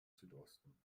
südosten